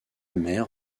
mère